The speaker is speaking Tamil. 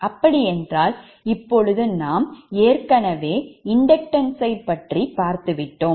அப்படி என்றால் இப்பொழுது நாம் ஏற்கனவே inductance பற்றி பார்த்துவிட்டோம்